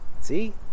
see